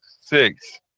six